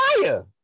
fire